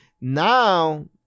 Now